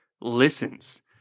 listens